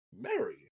Mary